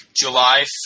July